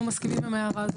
אנחנו מסכימים עם ההערה הזאת.